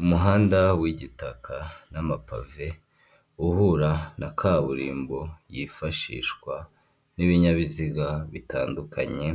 Umuhanda w'igitaka n'amapave uhura na kaburimbo yifashishwa n'ibinyabiziga bitandukanye,